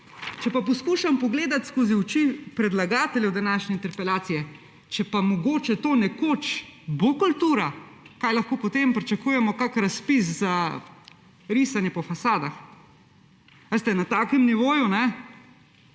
Če poskušam pogledati skozi oči predlagateljev današnje interpelacije, če pa mogoče to nekoč bo kultura, lahko potem pričakujemo kakšen razpis za risanje po fasadah? Veste, na takem nivoju, ko